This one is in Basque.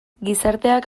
gizarteak